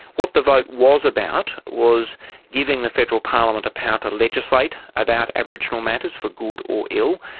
what the vote was about was giving the federal parliament a power to legislate about aboriginal matters, for good or ill,